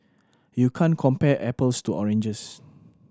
you can't compare apples to oranges